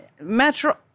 Metro